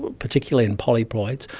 but particularly in polyploids,